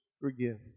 forgive